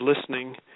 listening